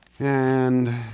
and